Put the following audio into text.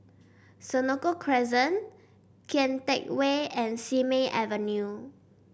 Senoko Crescent Kian Teck Way and Simei Avenue